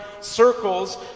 circles